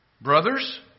Brothers